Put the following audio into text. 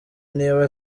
niba